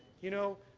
you know,